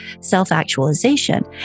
self-actualization